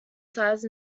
size